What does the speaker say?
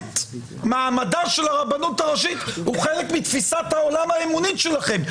מעמדה של הרבנות הראשית הוא חלק מתפיסת העולם האמונית שלכם,